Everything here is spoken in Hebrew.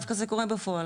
דווקא זה קורה בפועל,